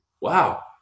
Wow